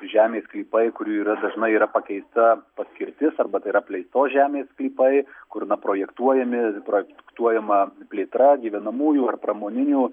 žemės sklypai kurių yra dažnai yra pakeista paskirtis arba tai yra apleistos žemės sklypai kur na projektuojami projektuojama plėtra gyvenamųjų ar pramoninių